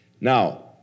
Now